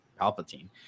Palpatine